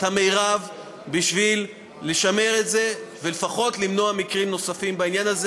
המרב בשביל לשמר את זה ולפחות למנוע מקרים נוספים בעניין הזה.